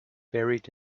buried